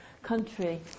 country